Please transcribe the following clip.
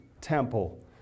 temple